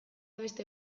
beste